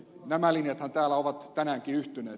nämä linjathan täällä ovat tänäänkin yhtyneet